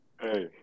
Hey